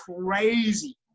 crazy